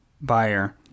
buyer